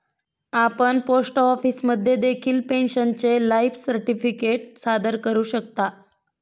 आपण पोस्ट ऑफिसमध्ये देखील पेन्शनरचे लाईफ सर्टिफिकेट सादर करू शकता